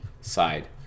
side